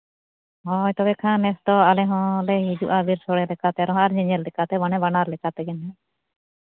ᱦᱳᱭ ᱛᱚᱵᱮ ᱠᱷᱟᱱ ᱱᱮᱥ ᱫᱚ ᱟᱞᱮ ᱦᱚᱸᱞᱮ ᱦᱤᱡᱩᱜᱼᱟ ᱵᱮᱥ ᱦᱚᱲ ᱞᱮᱠᱟᱛᱮ ᱦᱚᱲ ᱧᱮᱧᱮᱞ ᱞᱮᱠᱟᱛᱮ ᱢᱟᱱᱮ ᱵᱟᱱᱟᱨ ᱞᱮᱠᱟ ᱛᱮᱜᱮ